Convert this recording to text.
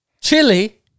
Chili